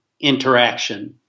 interaction